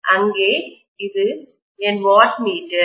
அங்கே இது என் வாட்மீட்டர்